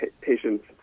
patients